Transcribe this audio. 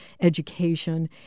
education